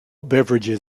beverages